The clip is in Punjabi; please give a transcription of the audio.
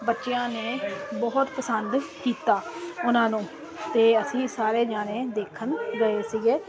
ਬੱਚਿਆਂ ਨੇ ਬਹੁਤ ਪਸੰਦ ਕੀਤਾ ਉਨ੍ਹਾਂ ਨੂੰ ਤੇ ਅਸੀਂ ਸਾਰੇ ਜਣੇ ਦੇਖਣ ਗਏ ਸੀਗੇ